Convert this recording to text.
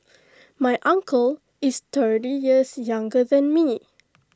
my uncle is thirty years younger than me